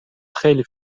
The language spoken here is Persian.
خیلی